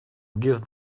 give